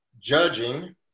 judging